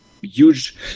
huge